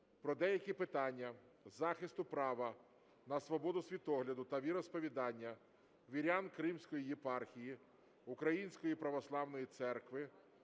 про деякі питання захисту права на свободу світогляду на віросповідання вірян Кримської єпархії Української православної церкви